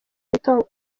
watomboye